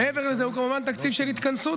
מעבר לזה הוא כמובן תקציב של התכנסות.